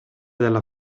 della